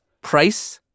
Price